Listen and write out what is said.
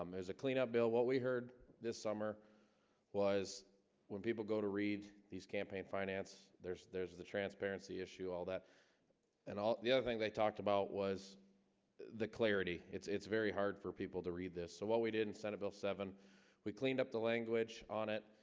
um there's a cleanup bill what we heard this summer was when people go to read these campaign finance? there's there's the transparency issue all that and all the other thing they talked about was the clarity it's it's very hard for people to read this so what we did in senate bill seven we cleaned up the language on it.